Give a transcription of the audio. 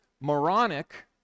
Moronic